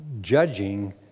judging